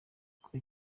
kuri